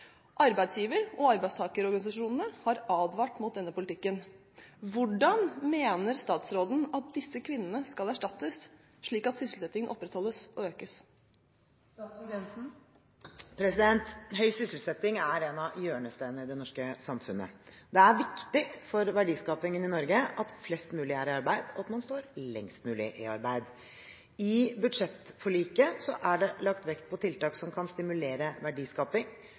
Arbeidsgiver- og arbeidstakerorganisasjoner har advart mot denne politikken. Hvordan mener statsråden at disse kvinnene skal erstattes, og slik at sysselsettingen opprettholdes og økes?» Høy sysselsetting er en av hjørnestenene i det norske samfunnet. Det er viktig for verdiskapingen i Norge at flest mulig er i arbeid, og at man står lengst mulig i arbeid. I budsjettforliket er det lagt vekt på tiltak som kan stimulere verdiskaping,